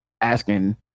asking